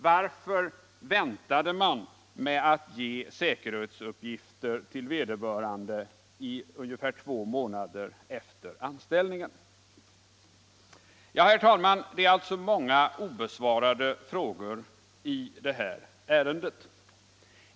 Varför väntade man med att ge säkerhetsuppgifter till vederbörande i ungefär två månader efter anställningen? Herr talman! Det finns alltså många obesvarade frågor i detta ärende.